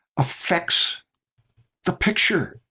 affects the picture.